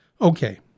Okay